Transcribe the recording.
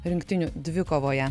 rinktinių dvikovoje